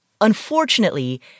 unfortunately